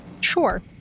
Sure